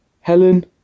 Helen